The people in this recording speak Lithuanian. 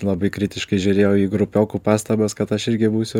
labai kritiškai žiūrėjau į grupiokų pastabas kad aš irgi būsiu